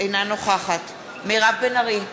אינה נוכחת מירב בן ארי,